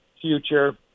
future